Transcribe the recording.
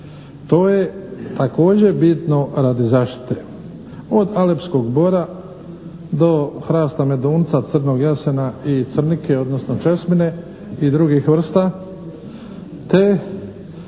to je također bitno radi zaštite od alepskog bora do hrasta medunca, crnog jasena i crnike, odnosno česmine i drugih vrsta te